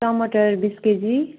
टमाटर बिस केजी